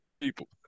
people